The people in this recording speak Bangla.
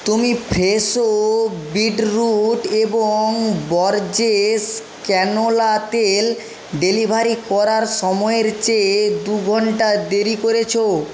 তুমি ফ্রেশো বিটরুট এবং বরজেস ক্যানোলা তেল ডেলিভারি করার সময়ের চেয়ে দু ঘন্টা দেরি করেছো